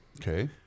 Okay